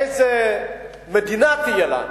איזו מדינה תהיה לנו,